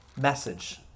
message